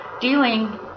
dealing